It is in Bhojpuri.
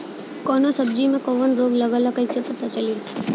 कौनो सब्ज़ी में कवन रोग लागल ह कईसे पता चली?